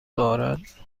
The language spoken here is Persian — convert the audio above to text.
دارد